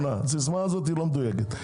הסיסמה הזאת היא לא מדויקת.